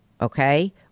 okay